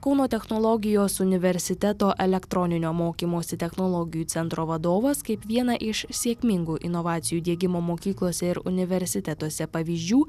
kauno technologijos universiteto elektroninio mokymosi technologijų centro vadovas kaip vieną iš sėkmingų inovacijų diegimo mokyklose ir universitetuose pavyzdžių